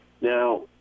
Now